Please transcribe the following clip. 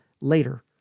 later